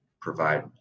provide